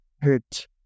Hurt